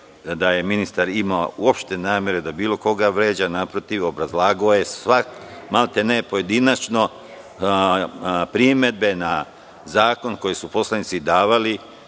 da je ministar imao uopšte namere da bilo koga vređa, naprotiv obrazlagao je, maltene pojedinačno primedbe na zakon koji su poslanici davali,